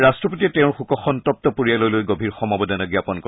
ৰাট্টপতিয়ে তেওঁৰ শোকসন্তপ্ত পৰিয়াললৈ গভীৰ সমবেদনা জ্ঞাপন কৰে